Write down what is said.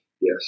Yes